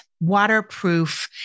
waterproof